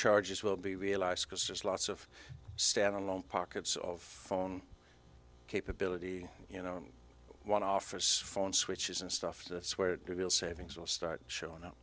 charges will be realised because there's lots of stand alone pockets of phone capability you know one office phone switches and stuff that's where the real savings will start showing up